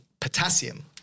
potassium